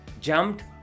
jumped